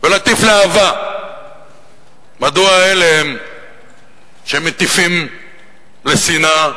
ולהטיף לאהבה, מדוע אלה הם שמטיפים לשנאה,